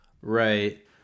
right